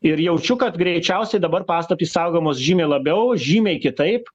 ir jaučiu kad greičiausiai dabar paslaptys saugomos žymiai labiau žymiai kitaip